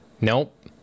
Nope